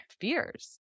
fears